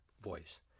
voice